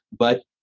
but,